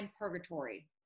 purgatory